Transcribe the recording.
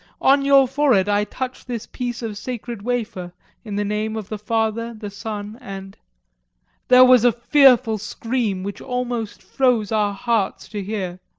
on your forehead i touch this piece of sacred wafer in the name of the father, the son, and there was a fearful scream which almost froze our hearts to hear.